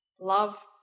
love